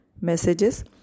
messages